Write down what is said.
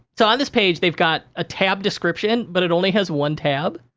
so, on this page, they've got a tab description, but it only has one tab.